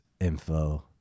info